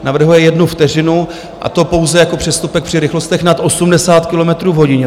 Navrhuje jednu vteřinu, a to pouze jako přestupek při rychlostech nad 80 kilometrů v hodině.